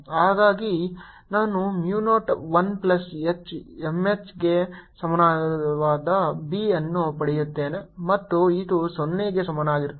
ಹಾಗಾಗಿ ನಾನು mu not 1 plus H MH ಗೆ ಸಮಾನವಾದ B ಅನ್ನು ಪಡೆಯುತ್ತೇನೆ ಮತ್ತು ಇದು 0 ಗೆ ಸಮಾನವಾಗಿರುತ್ತದೆ